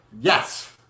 yes